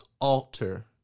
alter